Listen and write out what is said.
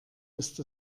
ist